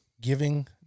giving